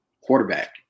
quarterback